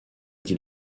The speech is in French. dit